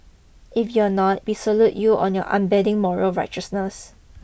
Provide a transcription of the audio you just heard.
if you're not we salute you on your unbending moral righteousness